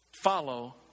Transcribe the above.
Follow